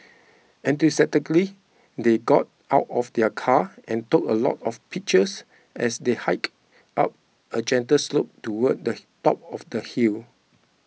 enthusiastically they got out of their car and took a lot of pictures as they hiked up a gentle slope toward the top of the hill